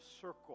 circle